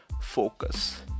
focus